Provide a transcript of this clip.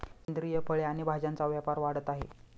सेंद्रिय फळे आणि भाज्यांचा व्यापार वाढत आहे